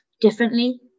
differently